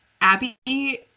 Abby